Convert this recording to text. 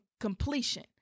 completion